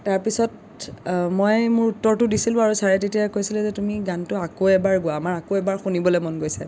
তাৰ পিছত মই মোৰ উত্তৰটো দিছিলোঁ আৰু চাৰে তেতিয়া কৈছিলে যে তুমি গানটো আকৌ এবাৰ গোৱা আমাৰ আকৌ এবাৰ শুনিবলে মন গৈছে